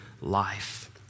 life